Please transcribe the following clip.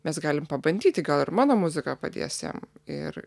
mes galim pabandyti gal ir mano muzika padės jam ir